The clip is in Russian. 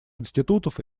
институтов